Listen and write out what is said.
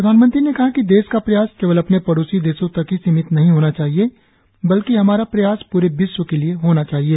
प्रधानमंत्री ने कहा कि देश का प्रयास केवल अपने पड़ोसी देशों तक ही सीमित नहीं होना चाहिए बल्कि हमारा प्रयास प्रे विश्व के लिए होना चाहिए